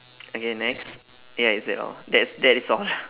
okay next ya is that all that's that is all